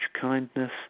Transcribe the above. kindness